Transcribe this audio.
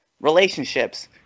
relationships